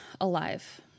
Alive